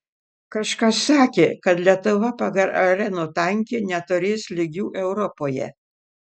kažkas sakė kad lietuva pagal arenų tankį neturės lygių europoje